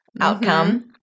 outcome